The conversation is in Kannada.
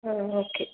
ಹಾಂ ಓಕೆ